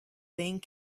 thing